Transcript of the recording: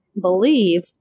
believe